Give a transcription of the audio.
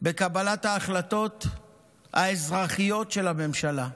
בקבלת ההחלטות האזרחיות של הממשלה.